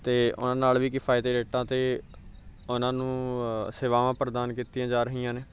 ਅਤੇ ਉਹਨਾਂ ਨਾਲ ਵੀ ਕਿਫਾਇਤੀ ਰੇਟਾਂ 'ਤੇ ਉਹਨਾਂ ਨੂੰ ਸੇਵਾਵਾਂ ਪ੍ਰਦਾਨ ਕੀਤੀਆਂ ਜਾ ਰਹੀਆਂ ਨੇ